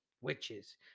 witches